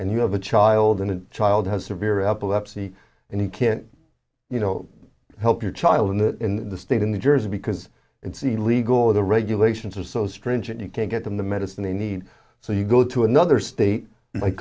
and you have a child all the child has severe epilepsy and you can't you know help your child in the in the state in the jersey because it's the legal the regulations are so stringent you can't get the medicine they need so you go to another state